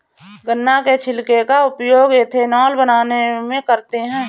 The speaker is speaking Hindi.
गन्ना के छिलके का उपयोग एथेनॉल बनाने में करते हैं